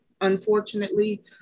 unfortunately